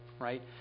right